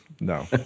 No